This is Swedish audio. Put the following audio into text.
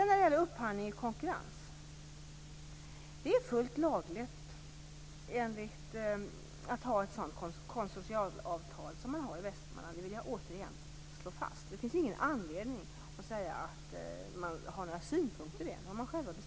När det gäller upphandling i konkurrens vill jag säga att det är fullt lagligt att ha ett sådant konsortialavtal som man har i Västmanland. Det vill jag återigen slå fast. Det finns ingen anledning att ha några synpunkter på det. Man har själv bestämt att det skall vara så.